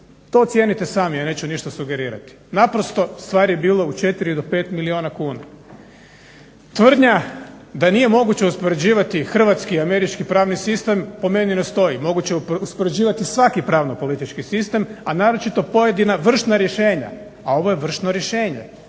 to ocijenite samo ja neću ništa sugerirati. Naprosto, stvar je bila u 4 do 5 milijuna kuna. Tvrdnja da nije moguće uspoređivati Hrvatski i Američki pravni sistem po meni ne stoji, moguće je uspoređivati svaki pravno politički sistem, a naročito pojedina vršna rješenja, a ovo je vršno rješenje.